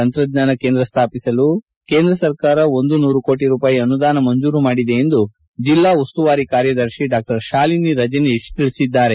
ತಂತ್ರಜ್ಞಾನ ಕೇಂದ್ರ ಸ್ಥಾಪಿಸಲು ಕೇಂದ್ರ ಸರ್ಕಾರ ಒಂದು ನೂರು ಕೋಟಿ ರೂಪಾಯಿ ಅನುದಾನ ಮಂಜೂರು ಮಾಡಿದೆ ಎಂದು ಜಿಲ್ಲಾ ಉಸ್ತುವಾರಿ ಕಾರ್ಯದರ್ಶಿ ಡಾ ಶಾಲಿನಿ ರಜನೀಶ್ ತಿಳಿಸಿದ್ದಾರೆ